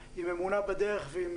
עם אמונה בדרך ועם